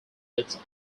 its